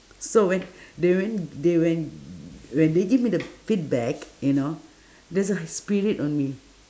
so when they when they when when they give me the feedback you know there's a spirit on me